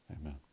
Amen